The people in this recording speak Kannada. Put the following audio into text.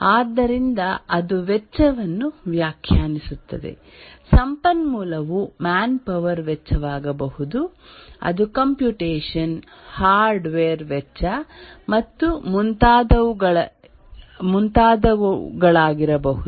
ಆದ್ದರಿಂದ ಅದು ವೆಚ್ಚವನ್ನು ವ್ಯಾಖ್ಯಾನಿಸುತ್ತದೆ ಸಂಪನ್ಮೂಲವು ಮ್ಯಾನ್ ಪವರ್ ವೆಚ್ಚವಾಗಬಹುದು ಅದು ಕಂಪ್ಯೂಟಷನ್ ಹಾರ್ಡ್ವೇರ್ ವೆಚ್ಚ ಮತ್ತು ಮುಂತಾದವುಗಳಾಗಿರಬಹುದು